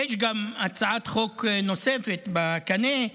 יש גם הצעת חוק נוספת בקנה,